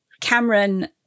Cameron